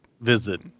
visit